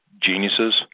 geniuses